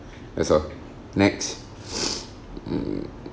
that's all next mm